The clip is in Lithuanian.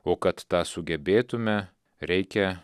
o kad tą sugebėtume reikia